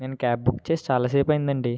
నేను cab book చేసి చాలాసేపు అయింది